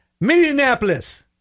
Minneapolis